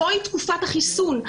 זוהי תקופת החיסון.